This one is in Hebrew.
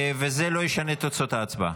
וזה לא ישנה את תוצאות ההצבעה.